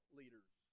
leaders